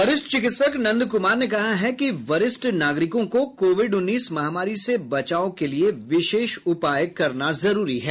वरिष्ठ चिकित्सक नंद कुमार ने कहा है कि वरिष्ठ नागरिकों को कोविड उन्नीस महामारी से बचाव के लिये विशेष उपाय करना जरूरी है